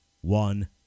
one